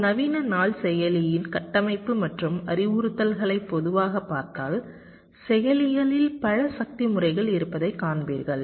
ஒரு நவீன நாள் செயலியின் கட்டமைப்பு மற்றும் அறிவுறுத்தல்களைப் பொதுவாக பார்த்தால் செயலிகளில் பல சக்தி முறைகள் இருப்பதைக் காண்பீர்கள்